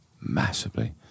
massively